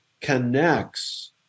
connects